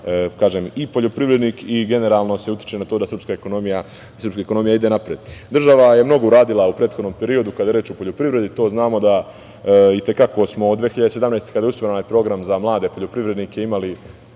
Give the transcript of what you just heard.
i poljoprivrednik i generalno se utiče na to da srpska ekonomija ide napred. Država je mnogo uradila u prethodnom periodu kada je reč o poljoprivredi, to znamo da i te kako smo od 2017. godine, kada je usvojen onaj program za mlade poljoprivrednike, imali